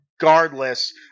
regardless